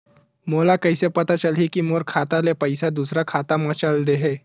मोला कइसे पता चलही कि मोर खाता ले पईसा दूसरा खाता मा चल देहे?